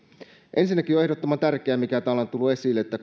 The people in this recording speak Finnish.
ensinnäkin on ehdottoman tärkeää se mikä täällä on tullut esille että